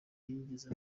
nigeze